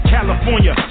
California